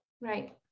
Right